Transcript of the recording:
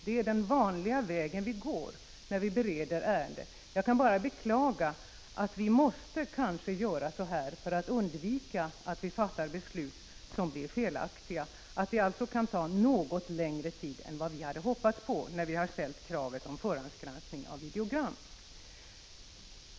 Detta är den vanliga vägen vi går när vi bereder ärenden. Jag kan bara beklaga att vi kanske måste göra så här för att undvika att beslut fattas som blir felaktiga. Det kan således ta något längre tid än vad vi hade hoppats på när vi ställde krav på förhandsgranskning av videogram.